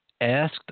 asked